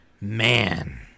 Man